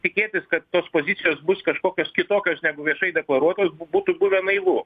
tikėtis kad tos pozicijos bus kažkokios kitokios negu viešai deklaruotos būtų buvę naivu